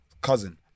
cousin